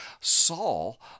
Saul